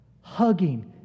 Hugging